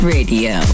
Radio